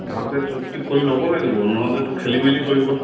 ভালকে চুক্তি কৰি ল'ব লাগিব নহ'লেতো খেলি মেলি কৰিব